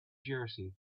jersey